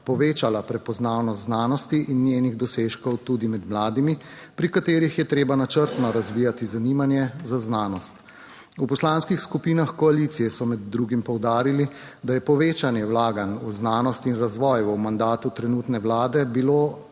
Povečala prepoznavnost znanosti in njenih dosežkov tudi med mladimi, pri katerih je treba načrtno razvijati zanimanje za znanost. V poslanskih skupinah koalicije so med drugim poudarili, da je povečanje vlaganj v znanost in razvoj v mandatu trenutne vlade bilo